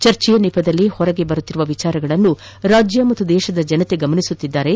ಚರ್ಚೆಯ ನೆಪದಲ್ಲಿ ಹೊರಬೀಳುತ್ತಿರುವ ವಿಚಾರಗಳನ್ನು ರಾಜ್ಯ ಮತ್ತು ದೇಶದ ಜನತೆ ಗಮನಿಸುತ್ತಿದ್ದಾರೆ